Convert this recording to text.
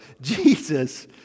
Jesus